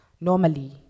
normally